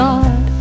God